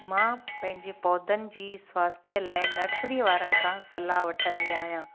मां पंहिंजे पौधनि जी स्वास्थ्यु लाइ नर्सरीअ वारनि खां सलाहु वठंदी आहियां